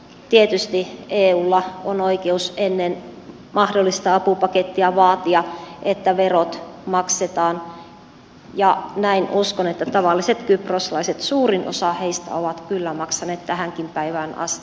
tietysti eulla on oikeus ennen mahdollista apupakettia vaatia että verot maksetaan ja uskon että tavalliset kyproslaiset suurin osa heistä ovat kyllä maksaneet tähänkin päivään asti